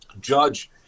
judge